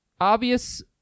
obvious